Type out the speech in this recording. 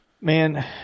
man